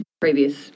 previous